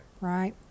right